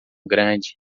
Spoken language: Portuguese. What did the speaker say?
grande